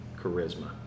charisma